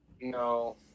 no